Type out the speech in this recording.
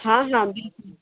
हाँ हाँ बिल्कुल